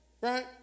right